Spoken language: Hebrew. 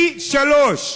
פי שלושה.